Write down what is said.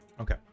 Okay